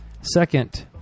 Second